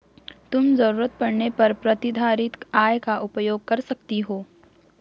तुम ज़रूरत पड़ने पर प्रतिधारित आय का उपयोग कर सकती हो